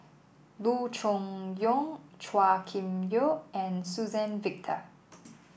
Loo Choon Yong Chua Kim Yeow and Suzann Victor